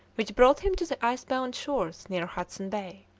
which brought him to the icebound shores near hudson's bay.